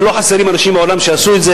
ולא חסרים אנשים בעולם שיעשו את זה,